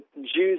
Jews